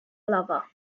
lover